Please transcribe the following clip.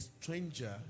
stranger